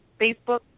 Facebook